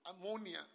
Ammonia